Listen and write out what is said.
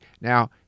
Now